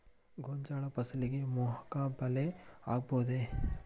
ಗೋಂಜಾಳ ಫಸಲಿಗೆ ಮೋಹಕ ಬಲೆ ಹಾಕಬಹುದೇ?